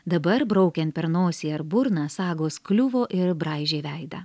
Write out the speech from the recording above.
dabar braukiant per nosį ar burną sagos kliuvo ir braižė veidą